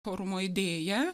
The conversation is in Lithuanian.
forumo idėja